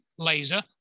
laser